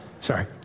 Sorry